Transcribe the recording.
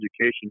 education